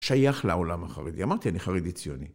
שייך לעולם החרדי. אמרתי, אני חרדי ציוני.